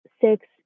six